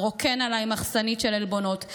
מרוקן עליי מחסנית של עלבונות,